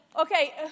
okay